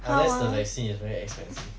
unless the vaccine is very expensive